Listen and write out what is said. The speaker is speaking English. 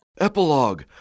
Epilogue